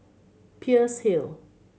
Peirce Hill